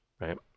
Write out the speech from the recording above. right